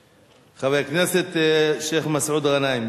מס' 8309. חבר הכנסת שיח' מסעוד גנאים,